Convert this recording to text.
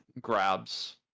grabs